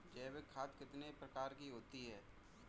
जैविक खाद कितने प्रकार की होती हैं?